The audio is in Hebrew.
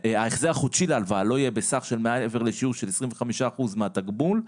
שההחזר החודשי להלוואה לא יהיה מעל לשיעור של 25% מהתגמול,